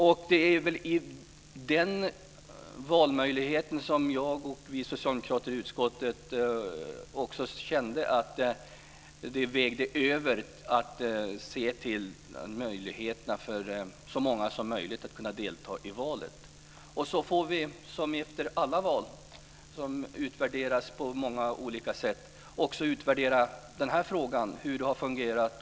Det var väl i fråga om den valmöjligheten som jag och andra socialdemokrater i utskottet kände att det vägde över att se till möjligheterna för så många som möjligt att delta i valet. Sedan får vi som efter alla val, som ju utvärderas på många olika sätt, också utvärdera den här frågan och se hur det har fungerat.